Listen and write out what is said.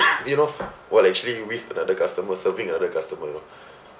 you know while actually with another customer serving another customer you know